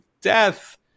death